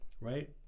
right